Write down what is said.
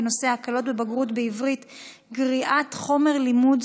בנושא: ההקלות בבגרות בעברית (גריעת חומר לימוד,